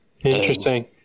Interesting